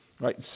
right